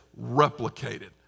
replicated